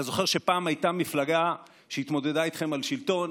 אתה זוכר שפעם הייתה מפלגה שהתמודדה איתכם על השלטון,